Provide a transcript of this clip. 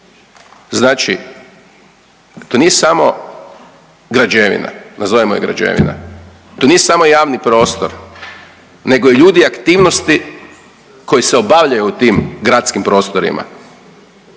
Znači to nije samo građevina, nazovimo je građevina. To nije samo javni prostor nego ljudi i aktivnosti koje se obavljaju u tim gradskim prostorima.